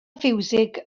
fiwsig